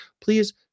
please